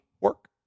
work